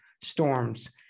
storms